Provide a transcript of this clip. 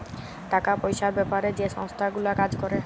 টাকা পয়সার বেপারে যে সংস্থা গুলা কাজ ক্যরে